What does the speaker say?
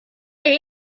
her